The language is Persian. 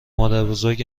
مادربزرگ